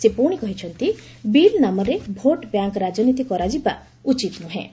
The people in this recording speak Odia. ସେ ପୁଣି କହିଛନ୍ତି ବିଲ୍ ନାମରେ ଭୋଟ୍ ବ୍ୟାଙ୍କ ରାଜନୀତି କରାଯିବା ଉଚିତ ନୁହେଁ